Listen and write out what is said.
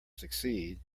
succeed